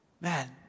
Man